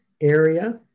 area